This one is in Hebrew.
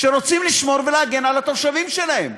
שרוצים לשמור ולהגן על התושבים שלהם?